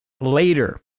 later